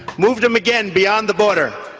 moved them again beyond the border.